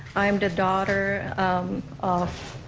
i am the daughter of